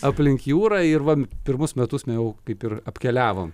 aplink jūrą ir va pirmus metus jau kaip ir apkeliavom